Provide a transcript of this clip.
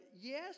yes